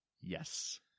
Yes